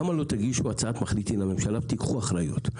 למה לא תגישו הצעת מחליטים לממשלה ותיקחו אחריות?